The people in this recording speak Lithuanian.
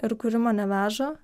ir kuri mane veža